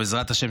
בעזרת השם,